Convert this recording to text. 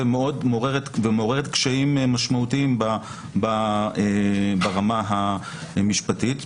ומאוד מעוררת קשיים משמעותיים ברמה המשפטית.